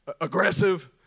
aggressive